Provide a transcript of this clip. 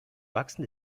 wachsen